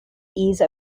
ease